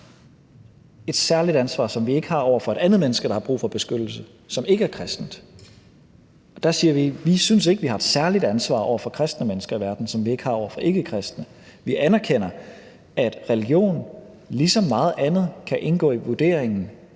er kristen, som vi ikke har over for et andet menneske, der har brug for beskyttelse, som ikke er kristen? Der siger vi, at vi ikke synes, at vi har et særligt ansvar over for kristne mennesker i verden, som vi ikke har over for ikkekristne. I integrationspotentialet indgår mange